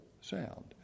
sound